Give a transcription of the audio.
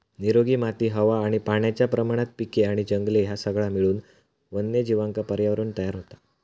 निरोगी माती हवा आणि पाण्याच्या प्रमाणात पिके आणि जंगले ह्या सगळा मिळून वन्यजीवांका पर्यावरणं तयार होता